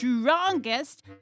strongest